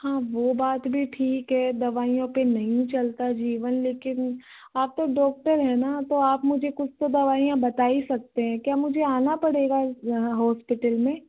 हाँ वो बात भी ठीक है दवाइयों पे नहीं चलता जीवन लेकिन आप तो डॉक्टर हैं ना तो आप मुझे कुछ तो दवाइयाँ बता ही सकते हैं क्या मुझे आना पड़ेगा यहाँ होस्पिटल में